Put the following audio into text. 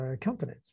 companies